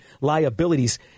liabilities